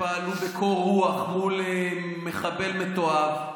שפעלו בקור רוח מול מחבל מתועב,